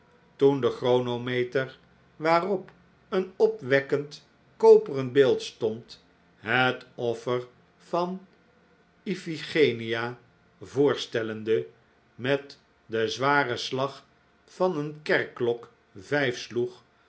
toen de chronometer waarop een opwekkend koperen beeld stond het offer van iphigenia voorstellende met den zwaren slag van een kerkklok vijf sloeg